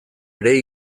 ere